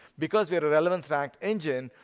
because we are a relevant fact engine,